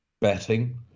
betting